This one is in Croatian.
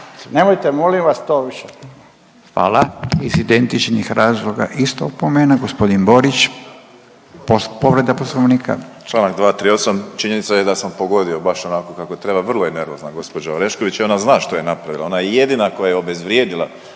**Radin, Furio (Nezavisni)** Hvala. Iz identičnih razloga isto opomena. Gospodin Borić, povreda Poslovnika. **Borić, Josip (HDZ)** Čl. 238. Činjenica je da sam pogodio baš onako kako treba. Vrlo je nervozna gospođa Orešković i ona zna što je napravila. Ona je jedina koja je obezvrijedila